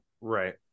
right